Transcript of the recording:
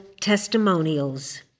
Testimonials